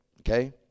okay